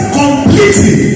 completely